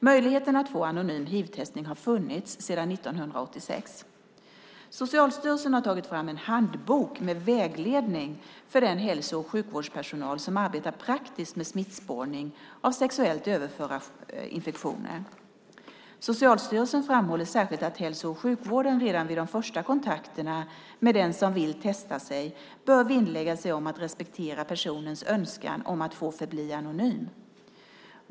Möjligheten att få anonym hivtestning har funnits sedan 1986. Socialstyrelsen har tagit fram en handbok med vägledning för den hälso och sjukvårdspersonal som arbetar praktiskt med smittspårning av sexuellt överförbara infektioner. Socialstyrelsen framhåller särskilt att hälso och sjukvården redan vid de första kontakterna med den som vill testa sig bör vinnlägga sig om att respektera personens önskan om att få förbli anonym.